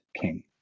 king